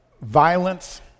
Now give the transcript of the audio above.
violence